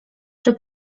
czy